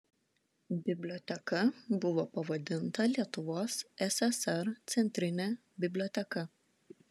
biblioteka buvo pavadinta lietuvos ssr centrine biblioteka